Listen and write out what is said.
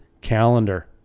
calendar